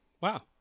Wow